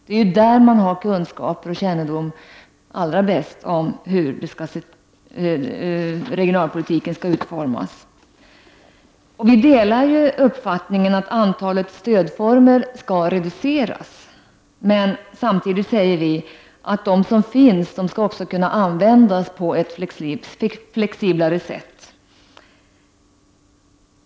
Det är i länsstyrelsen man har den bästa kännedomen och kunskapen om hur regionalpolitiken bör utformas. Vi delar uppfattningen att antalet stödformer skall reduceras. Samtidigt säger vi att de som finns skall kunna användas på ett mer flexibelt sätt.